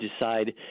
decide